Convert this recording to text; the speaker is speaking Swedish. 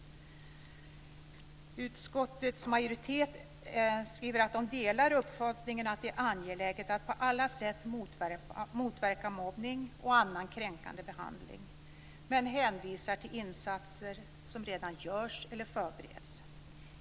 Utskottets majoritet skriver att man delar uppfattningen att det är angeläget att på alla sätt motverka mobbning och annan kränkande behandling men hänvisar till insatser som redan görs eller som förbereds.